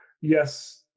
yes